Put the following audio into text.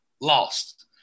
lost